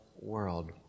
world